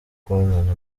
kubonana